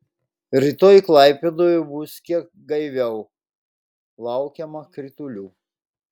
rytoj klaipėdoje bus kiek gaiviau laukiama kritulių